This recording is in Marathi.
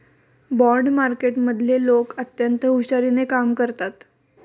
बाँड मार्केटमधले लोक अत्यंत हुशारीने कामं करतात